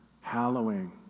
hallowing